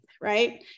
right